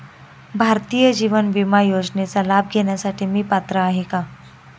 भारतीय जीवन विमा योजनेचा लाभ घेण्यासाठी मी पात्र आहे का?